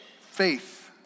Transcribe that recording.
Faith